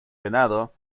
venado